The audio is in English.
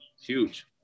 huge